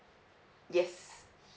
yes